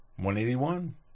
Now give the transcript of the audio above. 181